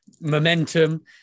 momentum